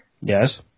Yes